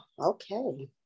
okay